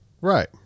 Right